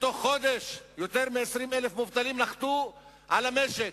בתוך חודש יותר מ-20,000 מובטלים "נחתו" על המשק.